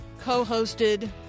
co-hosted